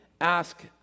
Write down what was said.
ask